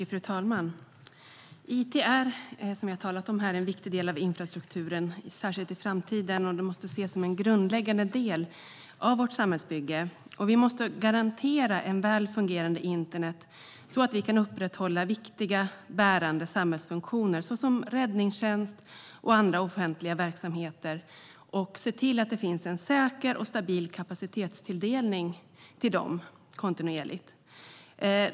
Fru talman! It är, som vi har talat om här, en viktig del av infrastrukturen, särskilt i framtiden, och måste ses som en grundläggande del av vårt samhällsbygge. Vi måste garantera ett väl fungerande internet så att vi kan upprätthålla viktiga, bärande samhällsfunktioner, såsom räddningstjänst och andra offentliga verksamheter, och se till att det finns en säker och stabil kapacitetstilldelning till dem, kontinuerligt.